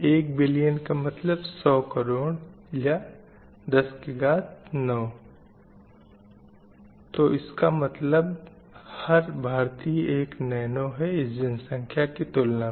एक बिलियन का मतलब 100 करोड़ या 109 तो इसका मतलब हर भारतीय एक नैनो है इस जनसंख्या की तुलना में